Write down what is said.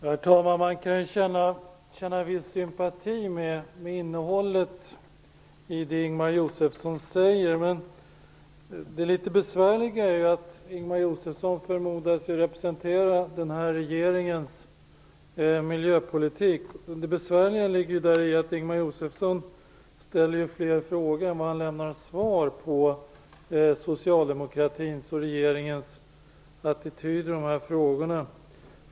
Herr talman! Man kan känna en viss sympati för innehållet i det Ingemar Josefsson säger, men det är litet besvärligt att Ingemar Josefsson förmodas representera den här regeringens miljöpolitik. Det besvärliga ligger i att Ingemar Josefsson ställer fler frågor än han lämnar svar på socialdemokratins och regeringens attityd i dessa frågor.